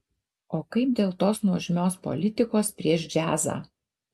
o kaip dėl tos nuožmios politikos prieš džiazą